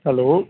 hello